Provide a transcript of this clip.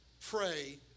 pray